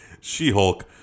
She-Hulk